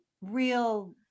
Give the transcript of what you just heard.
real